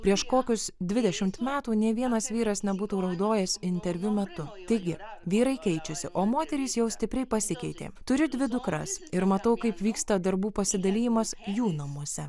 prieš kokius dvidešimt metų nė vienas vyras nebūtų naudojęs interviu metu taigi vyrai keičiasi o moterys jau stipriai pasikeitė turi dvi dukras ir matau kaip vyksta darbų pasidalijimas jų namuose